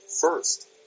First